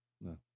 no